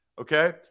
okay